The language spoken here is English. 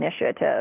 initiative